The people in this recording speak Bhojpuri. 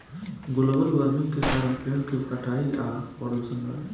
ग्लोबल वार्मिन के कारण पेड़ के कटाई आ प्रदूषण बावे